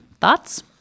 Thoughts